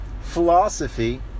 philosophy